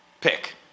pick